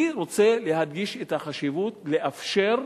אני רוצה להדגיש את החשיבות לאפשר,